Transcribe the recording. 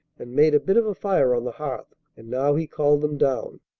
and made a bit of a fire on the hearth and now he called them down.